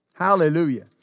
Hallelujah